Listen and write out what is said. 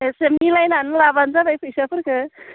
एसे मिलायनानै लाब्लानो जाबाय फैसाफोरखो